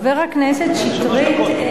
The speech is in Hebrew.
חבר הכנסת שטרית,